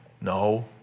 No